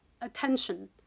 attention